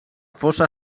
fossa